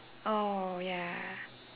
oh ya